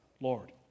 Lord